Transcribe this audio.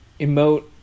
emote